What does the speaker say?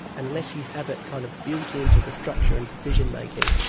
and unless you have it kind of built in to the structure and decision-making,